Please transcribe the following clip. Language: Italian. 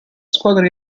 squadra